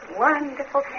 wonderful